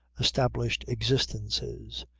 established, existences.